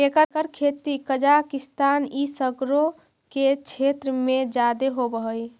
एकर खेती कजाकिस्तान ई सकरो के क्षेत्र सब में जादे होब हई